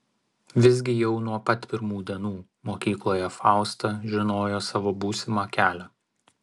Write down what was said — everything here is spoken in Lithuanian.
visgi jau nuo pat pirmų dienų mokykloje fausta žinojo savo būsimą kelią